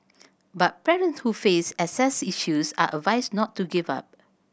but parents who face access issues are advised not to give up